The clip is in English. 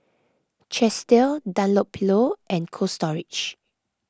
Chesdale Dunlopillo and Cold Storage